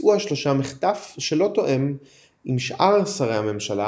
ביצעו השלושה מחטף שלא תואם עם שאר שרי הממשלה